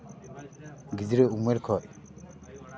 ᱜᱤᱫᱽᱨᱟᱹ ᱩᱢᱮᱨ ᱠᱷᱚᱡ